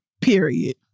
period